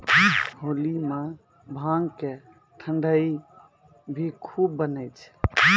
होली मॅ भांग के ठंडई भी खूब बनै छै